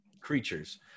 creatures